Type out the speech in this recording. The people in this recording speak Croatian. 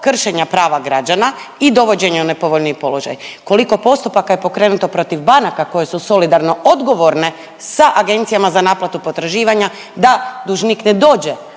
kršenja prava građana i dovođenja u nepovoljniji položaj, koliko postupaka je pokrenuto protiv banaka koje su solidarno odgovorne sa Agencijama za naplatu potraživanja da dužnik ne dođe